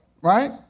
right